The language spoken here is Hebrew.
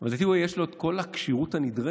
אבל לדעתי יש לו את כל הכשירות הנדרשת,